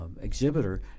Exhibitor